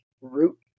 root